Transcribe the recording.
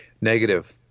Negative